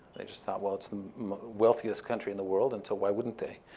they just thought, well, it's the wealthiest country in the world, and so why wouldn't they?